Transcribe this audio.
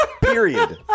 Period